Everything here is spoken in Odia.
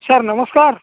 ସାର୍ ନମସ୍କାର